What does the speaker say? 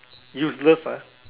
useless ah